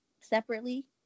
separately